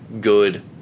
good